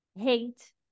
hate